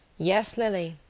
yes, lily,